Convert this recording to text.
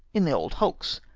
in old hulks,